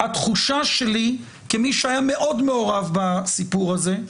התחושה שלי, כמי שהיה מאוד מעורב בסיפור הזה,